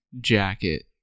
jacket